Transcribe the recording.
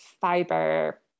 fiber